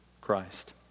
Christ